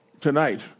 tonight